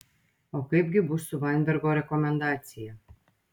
o kaip gi bus su vainbergo rekomendacija